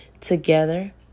Together